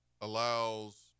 allows